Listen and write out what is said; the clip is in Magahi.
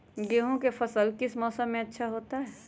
गेंहू का फसल किस मौसम में अच्छा होता है?